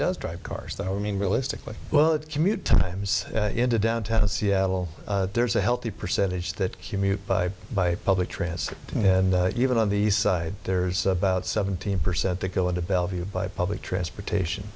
does drive cars that i mean realistically well commute times into downtown seattle there's a healthy percentage that commute by by public transit and even on the east side there's about seventeen percent that go into bellevue by public transportation